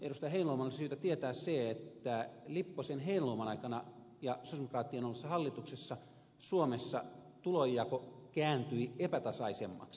heinäluoman on syytä tietää se että lipposen heinäluoman aikana ja sosialidemokraattien ollessa hallituksessa suomessa tulonjako kääntyi epätasaisemmaksi